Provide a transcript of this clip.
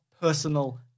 personal